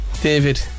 David